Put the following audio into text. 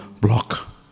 block